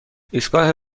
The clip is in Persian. ایستگاه